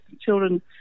Children